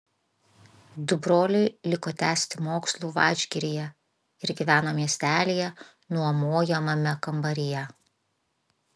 du broliai liko tęsti mokslų vadžgiryje ir gyveno miestelyje nuomojamame kambaryje